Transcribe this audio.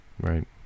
Right